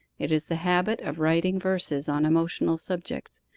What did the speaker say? it is the habit of writing verses on emotional subjects,